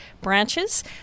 branches